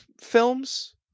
films